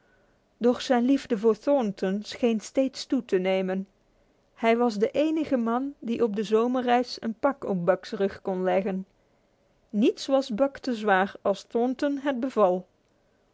doch zijn liefde voor thornton scheen steeds toe te nemen hij was de enige man die op de zomerreis een pak op buck's rug kon leggen niets was buck te zwaar als thornton het beval